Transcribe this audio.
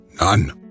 None